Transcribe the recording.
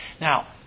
Now